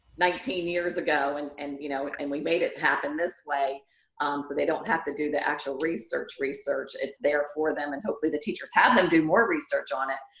nineteen years ago. and and you know and we made it happen this way. so they don't have to do the actual research research. it's there for them, and hopefully the teachers have them do more research on it.